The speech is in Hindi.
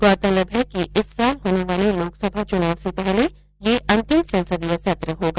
गौरतलब है कि इस साल होने वाले लोकसभा चुनाव से पहले यह अंतिम संसदीय सत्र होगा